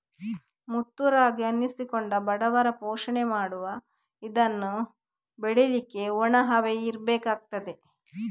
ಮುತ್ತು ರಾಗಿ ಅನ್ನಿಸಿಕೊಂಡ ಬಡವರ ಪೋಷಣೆ ಮಾಡುವ ಇದನ್ನ ಬೆಳೀಲಿಕ್ಕೆ ಒಣ ಹವೆ ಇರ್ಬೇಕಾಗ್ತದೆ